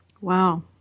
Wow